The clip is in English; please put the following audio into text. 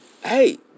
hey